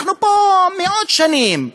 אנחנו פה מאות שנים.